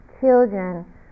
children